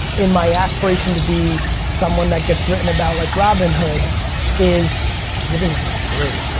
in my aspiration to be someone that gets written about like robin hood is giving it for free.